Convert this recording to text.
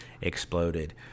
exploded